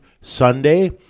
Sunday